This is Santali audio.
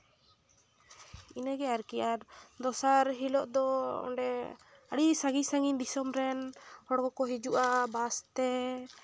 ᱤᱱᱟᱹ ᱜᱮ ᱟᱨᱠᱤ ᱟᱨ ᱫᱚᱥᱟᱨ ᱦᱤᱞᱳᱜ ᱫᱚ ᱚᱸᱰᱮ ᱟᱹᱰᱤ ᱥᱟᱺᱜᱤᱧ ᱥᱟᱺᱜᱤᱧ ᱫᱤᱥᱚᱢ ᱨᱮᱱ ᱦᱚᱲ ᱠᱚᱠᱚ ᱦᱤᱡᱩᱜᱼᱟ ᱵᱟᱥᱛᱮ